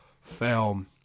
film